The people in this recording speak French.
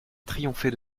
triompher